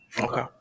Okay